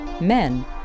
men